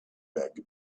back